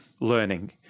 learning